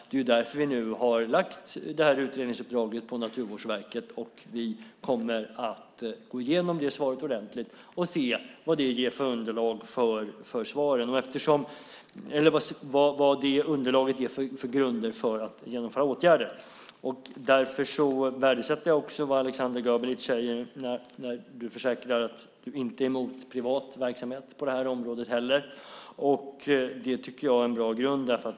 Det är därför vi nu har lagt utredningsuppdraget på Naturvårdsverket. Vi kommer att gå igenom svaret ordentligt och se vad det ger för underlag för att vidta åtgärder. Därför värdesätter jag vad Aleksander Gabelic säger när han försäkrar att han inte är emot privat verksamhet på det här området heller. Det tycker jag är en bra grund.